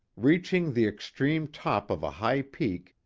reaching the extreme top of a high peak,